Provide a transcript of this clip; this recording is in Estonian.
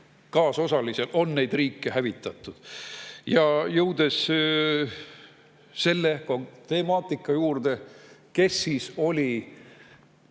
kaasosalusel seda riiki hävitatud. Jõuan selle temaatika juurde, kes siis oli